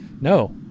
no